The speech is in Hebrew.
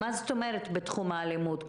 מה זאת אומרת בתחום האלימות?